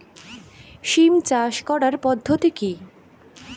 সিম চাষ করার পদ্ধতি কী?